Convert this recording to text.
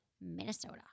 Minnesota